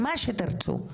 מה שתרצו,